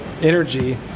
energy